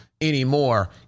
anymore